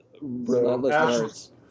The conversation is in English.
Relentless